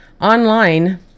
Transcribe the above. Online